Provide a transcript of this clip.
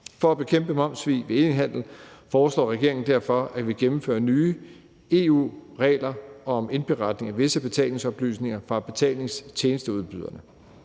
For at bekæmpe momssvig ved e-handel foreslår regeringen derfor, at vi gennemfører nye EU-regler om indberetning af visse betalingsoplysninger fra betalingstjenesteudbyderne.